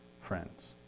friends